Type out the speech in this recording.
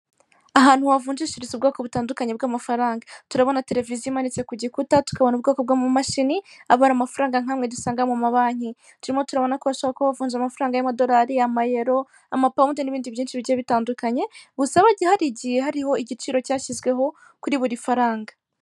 Ahantu havunjishiriza ubwoko butandukanye bw'amafaranga turabona televiziyo imanitse ku gikuta, tukabona ubwoko bw'amamashini abara amafaranga nk'awe dusanga mu ma banki mo turimo turabona ko bashobora kuba bavunja amafaranga y'amadolari, amayero amapawunde n'ibindi byinshi bitandukanye, gusa bagi hagiye hariho igiciro cyashyizweho kuri buri faranga.